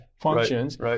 functions